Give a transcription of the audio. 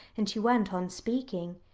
and she went on speaking.